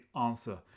answer